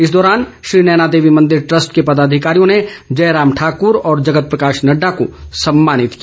इस दौरान श्री नयना देवी मंदिर ट्रस्ट के पदाधिकारियों ने जयराम ठाकुर और जगत प्रकाश नड्डा को सम्मानित किया